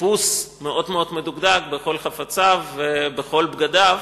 חיפוש מאוד-מאוד מדוקדק בכל חפציו ובכל בגדיו.